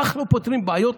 כך לא פותרים בעיות.